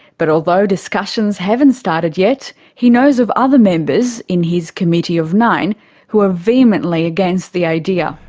but although discussions haven't started yet, he knows of other members in his committee of nine who are vehemently against the idea.